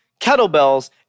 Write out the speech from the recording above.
kettlebells